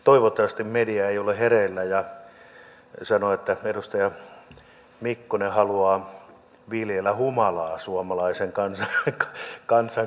toivottavasti media ei ole hereillä ja sano että edustaja mikkonen haluaa viljellä humalaa suomalaisen kansan keskuuteen